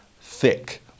thick